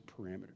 parameters